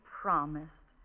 promised